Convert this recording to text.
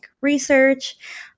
research